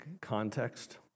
context